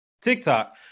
TikTok